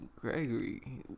Gregory